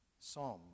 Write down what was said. Psalm